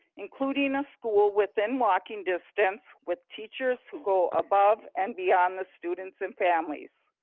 including a school within walking distance with teachers who go above and beyond the students and families.